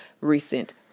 recent